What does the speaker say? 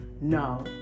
no